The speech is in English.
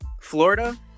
Florida